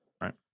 Right